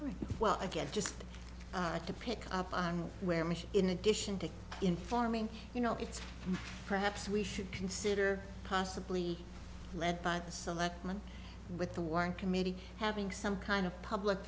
right well i guess just to pick up on where me in addition to in farming you know it's perhaps we should consider possibly led by the selectmen with the one committee having some kind of public